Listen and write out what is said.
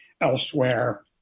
elsewhere